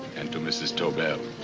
and to mrs. tobel.